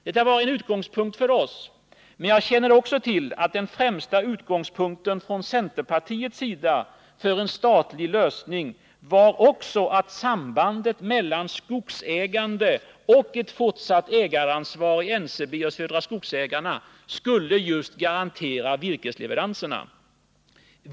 Detta var utgångspunkten för oss. Men jag känner till att den främsta utgångspunkten från centerpartiets sida för en statlig lösning var också att sambandet mellan skogsägande och ett fortsatt ägaransvar i NCB och Södra Skogsägarna skulle just garantera virkesleveranserna.